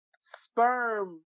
sperm